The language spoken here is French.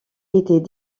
était